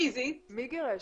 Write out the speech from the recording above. פיזית --- מי גירש?